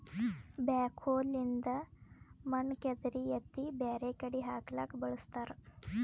backhoe ಲಿಂದ್ ಮಣ್ಣ್ ಕೆದರಿ ಎತ್ತಿ ಬ್ಯಾರೆ ಕಡಿ ಹಾಕ್ಲಕ್ಕ್ ಬಳಸ್ತಾರ